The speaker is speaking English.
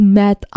met